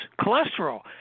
cholesterol